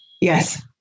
yes